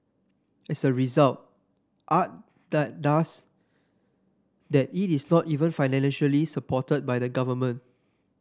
as a result art that does that it is not even financially supported by the government